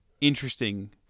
interesting